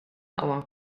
aqwa